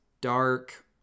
dark